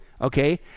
Okay